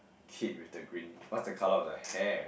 kid with the green what's the colour of the hair